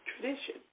Tradition